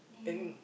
and